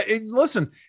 Listen